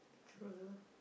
true